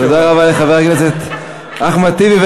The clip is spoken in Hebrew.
תודה רבה לחבר הכנסת אחמד טיבי,